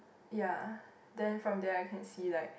ya then from there I can see like